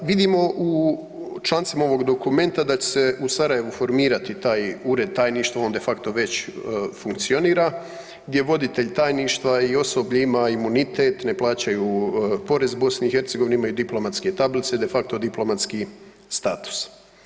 Vidimo u člancima ovog dokumenta da će se u Sarajevu formirati taj ured, tajništvo, on de facto već funkcionira, gdje voditelj tajništva i osoblje ima imunitet, ne plaćaju porez BiH, imaju diplomatske tablice, de facto diplomatski status.